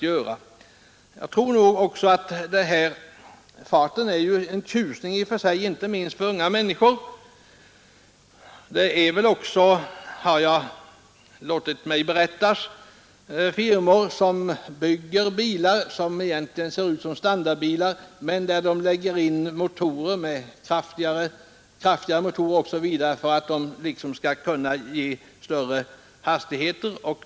Farten innebär i och för sig en tjusning, inte minst för unga människor. Det finns också, har jag låtit mig berättas, firmor som bygger bilar vilka ser ut som standardbilar men är försedda med kraftigare motorer osv. för att kunna komma upp i större hastigheter.